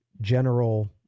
general